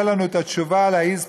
ותהיה לנו את התשובה להעיז פנים,